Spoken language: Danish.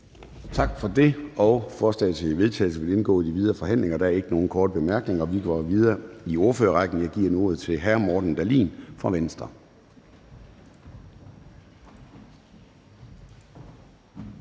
Tak for det. Forslaget til vedtagelse vil indgå i de videre forhandlinger. Der er ikke nogen korte bemærkninger, så vi går videre i ordførerrækken, og jeg giver nu ordet til hr. Morten Dahlin fra Venstre.